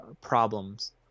problems